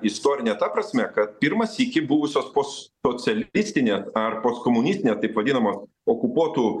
istorinė ta prasme kad pirmą sykį buvusios postsocialistinės ar postkomunistinės taip vadinamos okupuotų